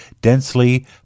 densely